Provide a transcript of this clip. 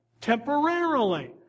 temporarily